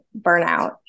burnout